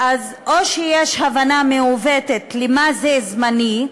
אז או שיש הבנה מעוותת של מה זה זמני,